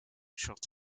shot